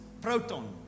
Proton